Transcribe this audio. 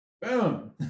Boom